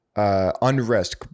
unrest